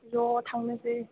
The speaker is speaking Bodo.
ज' थांनोसै